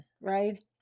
right